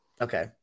Okay